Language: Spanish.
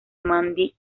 mandy